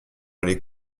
aller